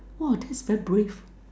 !wah! that's very brave